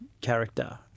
character